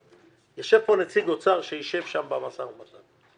יושב פה נציג אוצר שיישב שם במשא ומתן.